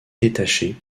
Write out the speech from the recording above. détaché